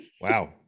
Wow